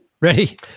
Ready